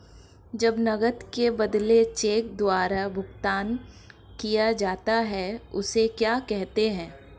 जब नकद के बदले चेक द्वारा भुगतान किया जाता हैं उसे क्या कहते है?